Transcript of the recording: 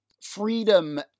freedom